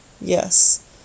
Yes